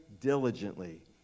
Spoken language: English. diligently